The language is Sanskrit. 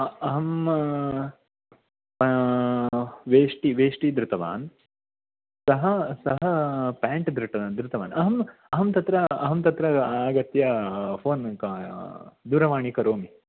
अहम् वेष्टि वेष्टि धृतवान् सः सः प्याण्ट् डृत धृतवान् अहम् अहं तत्र अहं तत्र आगत्य फ़ोन् क दूरवाणी करोमि